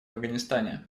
афганистане